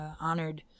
honored